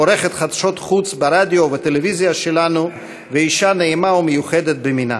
עורכת חדשות חוץ ברדיו ובטלוויזיה שלנו ואישה נעימה ומיוחדת במינה.